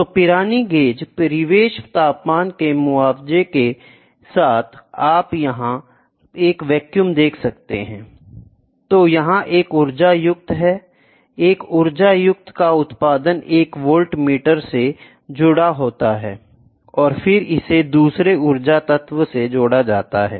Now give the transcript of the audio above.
तो Pirani gauge परिवेश तापमान के मुआवजे के साथ आप यहां एक वैक्यूम देख सकते हैं I तो यहाँ एक ऊर्जा युक्त है एक उर्जा युक्त का उत्पादन एक वाल्टमीटर से जुड़ा होता है और फिर इसे दूसरे ऊर्जा तत्व से जोड़ा जाता है